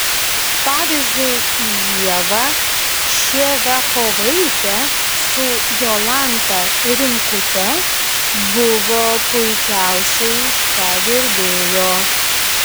pavyzdžiui ieva ševiakovaitė su jolanta rimkute buvo puikiausiai padirbėjo